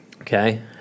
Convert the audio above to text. Okay